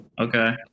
Okay